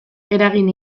eragin